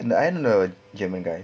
I don't know german guy